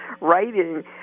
writing